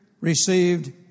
received